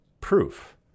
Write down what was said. proof